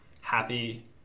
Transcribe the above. Happy